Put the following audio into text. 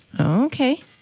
Okay